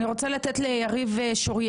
בבקשה, יריב.